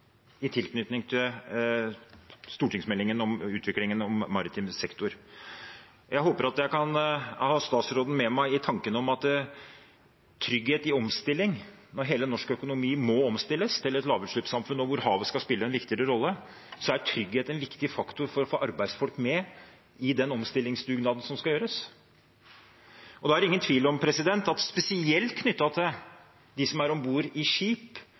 i tilknytning til stortingsmeldingen om utviklingen av maritim sektor. Jeg håper at jeg kan ha statsråden med meg i tanken om at trygghet i omstilling – når hele den norske økonomien må omstilles til et lavutslippssamfunn, og hvor havet skal spille en viktigere rolle – er en viktig faktor for å få arbeidsfolk med i den omstillingsdugnaden som skal gjøres. Da er det ingen tvil om at – spesielt knyttet til dem som er om bord i skip,